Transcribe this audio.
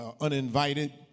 uninvited